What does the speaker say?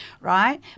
right